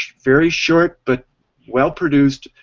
very short but well produced,